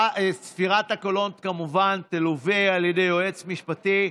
ספירת הקולות כמובן תלווה על ידי יועץ משפטי,